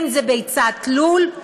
אם זאת ביצת לול,